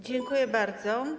Dziękuję bardzo.